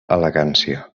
elegància